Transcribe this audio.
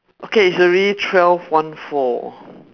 okay it's already twelve one four